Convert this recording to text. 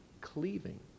cleaving